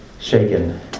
shaken